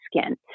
skin